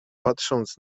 patrząc